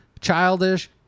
childish